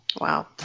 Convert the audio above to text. Wow